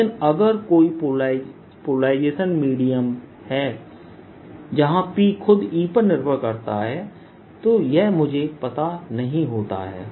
लेकिन अगर कोई पोलराइजेशन मीडियम है जहां P खुद E पर निर्भर करता है तो यह मुझे पता नहीं होता है